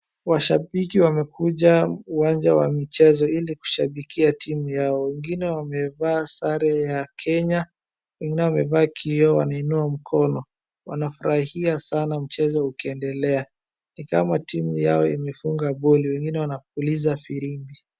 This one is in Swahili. Washabiki wamekuja uwanja wa michezo ili kushambikia timu yao. Wengine wamevaa sare ya Kenya, wengine wamevaa wakiwa wameinua mikono. Wamefurahia sana mchezo ukiendelea. Ni kama timu yao imefunga goli. Wengine wanapuliza firimbi.